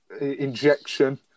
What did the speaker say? injection